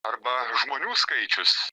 arba žmonių skaičius